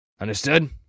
Understood